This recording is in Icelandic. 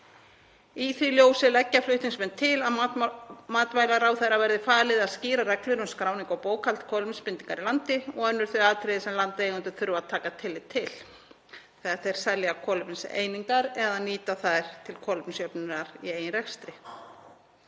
Í því ljósi leggja flutningsmenn til að matvælaráðherra verði falið að skýra reglur um skráningu og bókhald kolefnisbindingar í landi og önnur þau atriði sem landeigendur þurfa að taka tillit til þegar þeir selja kolefniseiningar eða nýta þær til kolefnisjöfnunar í eigin rekstri.